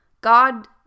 God